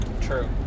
True